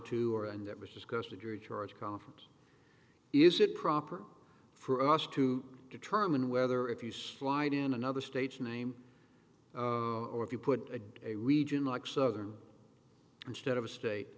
to or and that was discussed a jury charge conference is it proper for us to determine whether if you slide in another stage name or if you put a a region like southern instead of a state